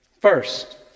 First